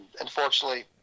unfortunately